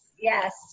yes